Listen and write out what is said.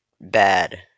bad